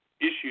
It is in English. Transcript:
issues